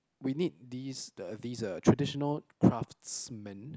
we need these the these a traditional craftsmen